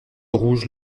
rouge